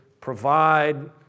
provide